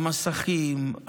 המסכים,